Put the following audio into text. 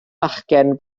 fachgen